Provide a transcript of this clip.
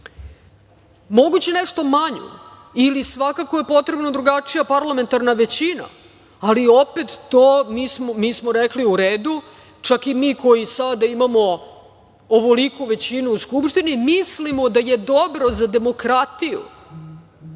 Moguće nešto manju ili svakako je potrebna drugačija parlamentarna većina, ali opet, mi smo rekli - u redu, čak i mi koji sada imamo ovoliku većinu u Skupštini, mislimo da je dobro za demokratiju,